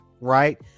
right